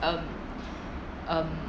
um um